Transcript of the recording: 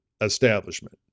establishment